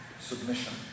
submission